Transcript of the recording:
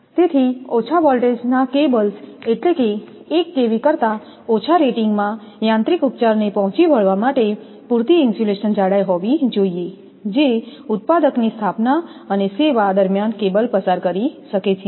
તેથી ઓછા વોલ્ટેજના કેબલ્સ એટલે કે 1kV કરતા ઓછા રેટિંગમાં યાંત્રિક ઉપચારને પહોંચી વળવા માટે પૂરતી ઇન્સ્યુલેશન જાડાઈ હોવી જોઈએ જે ઉત્પાદકની સ્થાપના અને સેવા દરમિયાન કેબલ પસાર કરી શકે છે